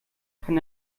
kann